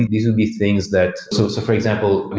these would be things that so so for example,